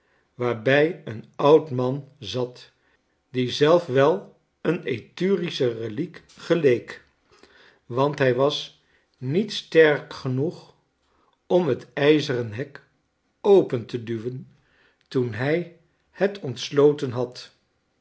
waarbij een oud man zat die zelf wel een etrurische reliek geleek want hij was niet sterk genoeg om het ijzeren hek open te duwen toen hij het ontsloten had